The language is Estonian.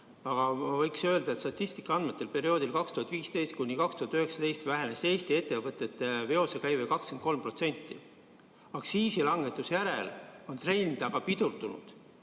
Aga võiks öelda, et statistika andmetel perioodil 2015–2019 vähenes Eesti ettevõtete veosekäive 23%. Aktsiisilangetuse järel on see trend aga pidurdunud